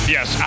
Yes